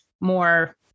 more